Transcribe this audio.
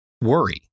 worry